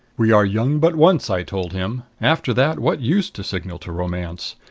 we are young but once, i told him. after that, what use to signal to romance?